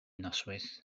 noswaith